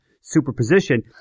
superposition